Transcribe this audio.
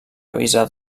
avisar